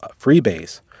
Freebase